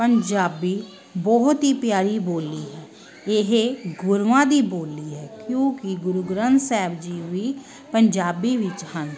ਪੰਜਾਬੀ ਬਹੁਤ ਹੀ ਪਿਆਰੀ ਬੋਲੀ ਹੈ ਇਹ ਗੁਰੂਆਂ ਦੀ ਬੋਲੀ ਹੈ ਕਿਉਂਕਿ ਗੁਰੂ ਗ੍ਰੰਥ ਸਾਹਿਬ ਜੀ ਵੀ ਪੰਜਾਬੀ ਵਿੱਚ ਹਨ